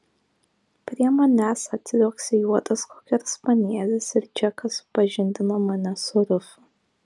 prie manęs atliuoksi juodas kokerspanielis ir džekas supažindina mane su rufu